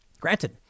Granted